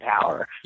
power